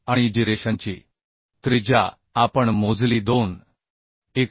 आणि जिरेशनची त्रिज्या आपण मोजली 2